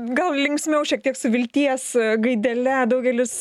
gal linksmiau šiek tiek su vilties gaidele daugelis